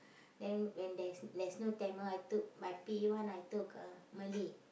then when there's there's no Tamil I took my P one I took uh Malay